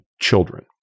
children